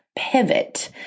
pivot